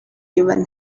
even